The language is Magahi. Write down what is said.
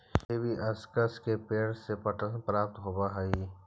हिबिस्कस के पेंड़ से पटसन प्राप्त होव हई